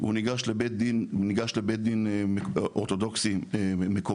הוא ניגש לבית דין אורתודוקסי מקומי.